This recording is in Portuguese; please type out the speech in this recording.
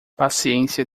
paciência